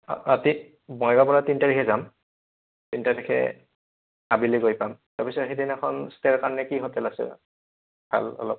ৰাতি বঙাইগাঁৱৰপৰা তিনি তাৰিখে যাম তিনি তাৰিখে আবেলি গৈ পাম তাৰ পিছত সেইদিনা এখন ষ্টেৰ কাৰণে কি হোটেল আছে ভাল অলপ